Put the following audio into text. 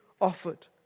offered